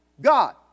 God